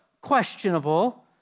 questionable